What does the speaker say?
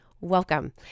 Welcome